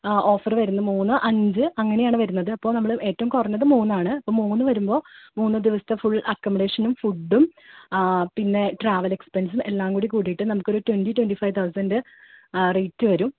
offer വരുന്നു മൂന്ന് അഞ്ച് അങ്ങനെയാണ് വരുന്നത് അപ്പോൾ നമ്മൾ ഏറ്റവും കുറഞ്ഞത് മൂന്നാണ് അപ്പോൾ മൂന്ന് വരുമ്പോൾ മൂന്ന് ദിവസത്തെ ഫുൾ അക്കോമഡേഷനും ഫുഡും പിന്നെ ട്രാവൽ എക്സ്പെൻസും എല്ലാം കൂടി കൂട്ടിയിട്ട് നമുക്ക് ഒരു twenty twenty five thousand rate വരും